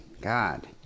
god